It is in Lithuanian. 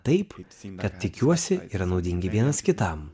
taip kad tikiuosi yra naudingi vienas kitam